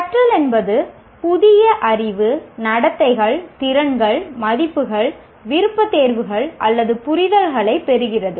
கற்றல் என்பது புதிய அறிவு நடத்தைகள் திறன்கள் மதிப்புகள் விருப்பத்தேர்வுகள் அல்லது புரிதல்களைப் பெறுகிறது